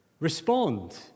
Respond